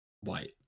White